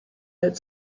had